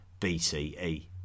BCE